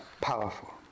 powerful